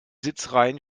sitzreihen